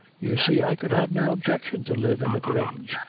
you see i could have no objection to live in the grange,